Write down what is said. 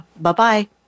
Bye-bye